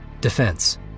Defense